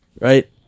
right